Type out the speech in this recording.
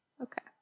okay